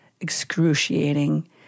excruciating